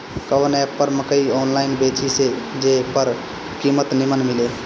कवन एप पर मकई आनलाइन बेची जे पर कीमत नीमन मिले?